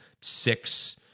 six